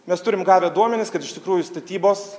mes turim gavę duomenis kad iš tikrųjų statybos